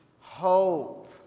Hope